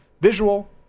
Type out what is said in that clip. Visual